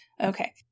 okay